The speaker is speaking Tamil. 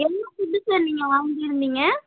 என்ன ஃபுட் சார் நீங்கள் வாங்கியிருந்தீங்க